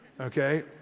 okay